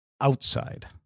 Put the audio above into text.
outside—